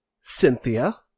Cynthia